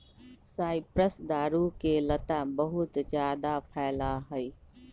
cypress दारू के लता बहुत जादा फैला हई